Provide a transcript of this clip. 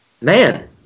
Man